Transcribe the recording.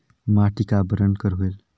माटी का बरन कर होयल?